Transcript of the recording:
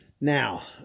now